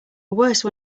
worse